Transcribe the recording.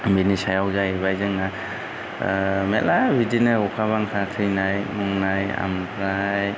बिनि सायाव जाहैबाय जोंना मेल्ला बिदिनो अखा बांखा थैनाय मुंनाय आमफ्राय